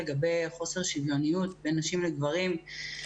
לגבי חוסר שוויוניות בין נשים לגברים,